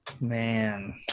Man